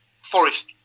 Forest